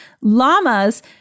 Llamas